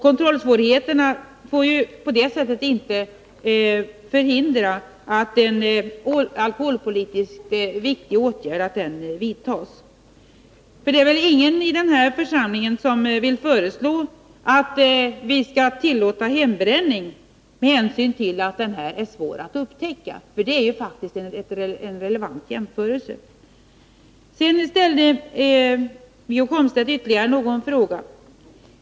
Kontrollsvårigheterna får inte förhindra att en alkoholpolitiskt viktig åtgärd vidtas. Det är väl ingen i den här församlingen som vill föreslå att vi skall tillåta hembränning med hänsyn till att den är svår att upptäcka? Det är faktiskt en relevant jämförelse! Wiggo Komstedt ställde ytterligare någon fråga.